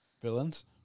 Villains